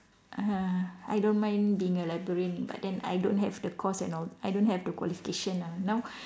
uh I don't mind being a librarian but then I don't have the course and all I don't have the qualification ah now